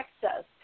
Texas